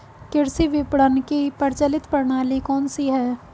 कृषि विपणन की प्रचलित प्रणाली कौन सी है?